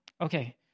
Okay